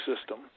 system